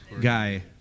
guy